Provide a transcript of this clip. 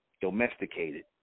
domesticated